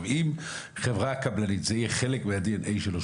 אם זה יהיה חלק מהדי-אן-אי של חברה קבלנית